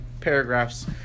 paragraphs